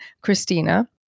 Christina